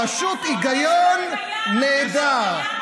פשוט היגיון נהדר.